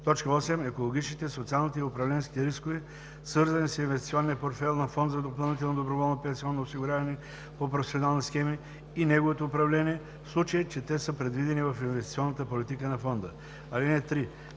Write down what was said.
риска; 8. екологичните, социалните и управленските рискове, свързани с инвестиционния портфейл на фонд за допълнително доброволно пенсионно осигуряване по професионални схеми и неговото управление, в случай че те са предвидени в инвестиционната политика на фонда. (3)